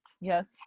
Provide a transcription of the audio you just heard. Yes